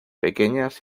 pequeñas